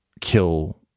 kill